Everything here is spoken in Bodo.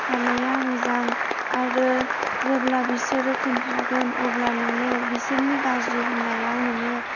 हानाया मोजां आरो जेब्ला बिसोरो खोन्थागोन अब्ला नोङो बिसोरनि गाज्रि होननायाव नोङो